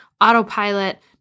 autopilot